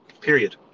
Period